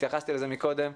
התייחסתי לזה קודם.